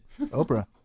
Oprah